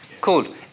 Cool